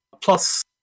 plus